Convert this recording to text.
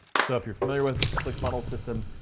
so if you're familiar with clickfunnels system,